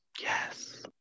Yes